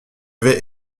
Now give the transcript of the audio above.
vais